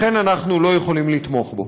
לכן אנחנו לא יכולים לתמוך בו.